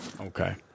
Okay